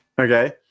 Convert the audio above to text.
Okay